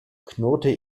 knurrte